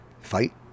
fight